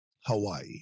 Hawaii